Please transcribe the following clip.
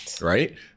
right